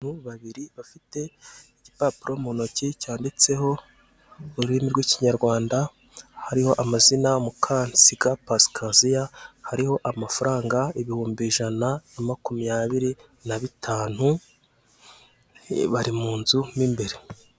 Hari ho abantu babiri bafite igipapuro mu ntoki cyanditseho ururimi rw'ikinyarwanda harimo amazina MUKANSIGA Pasikazi, hariho amafaranga ibihumbi ijana na makumyabiri na bitanu bari mu nzu mwimbere.